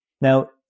Now